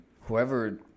whoever